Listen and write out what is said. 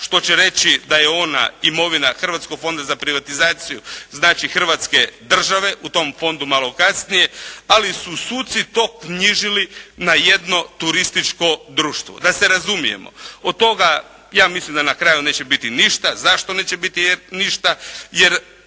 što će reći da je ona imovina Hrvatskog fonda za privatizaciju, znači Hrvatske države, o tom fondu malo kasnije, ali su suci to knjižili na jedno turističko društvo. Da se razumijemo, od toga ja mislim da na kraju neće biti ništa. Zašto neće biti ništa?